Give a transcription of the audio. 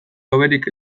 hoberik